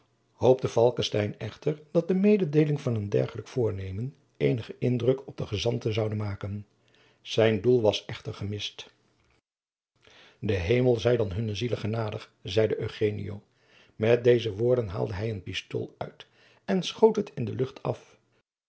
hoopte falckestein echter dat de mededeeling van een dergelijk voornemen eenigen indruk op de gezanten zoude maken zijn doel was echter gemist de hemel zij dan hunne zielen genadig zeide eugenio met deze woorden haalde hij een pistool uit en schoot het in de lucht af